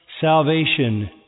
salvation